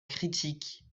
critique